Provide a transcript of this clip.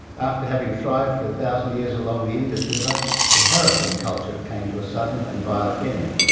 after having thrived for a thousand years along the indus river the harappan culture came to a sudden and violent end.